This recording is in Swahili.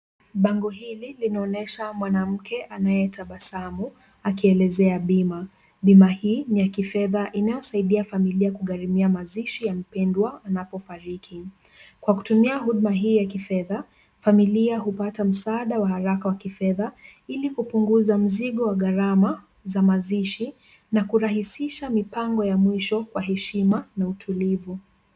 Bango hili linaonyesha mwanamke anayetabasamu akielezea bima. Bima hii ni ya kifedha inayosaidia familia kugharamia mazishi ya mpendwa anapofariki. Kwa kutumia huduma hii ya kifedha, familia hupata msaada wa haraka wa kifedha ili kupunguza mzigo wa gharama za mazishi na kurahisisha mipango ya mwisho kwa heshima na utulivu.